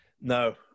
No